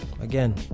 Again